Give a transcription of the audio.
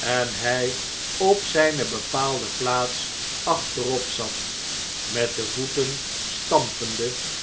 en hij op zynebepaalde plaats achterop zat met de voeten stampende